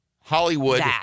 Hollywood